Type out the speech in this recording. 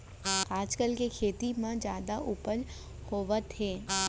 आजकाल के खेती म जादा उपज होवत हे